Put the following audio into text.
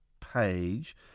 page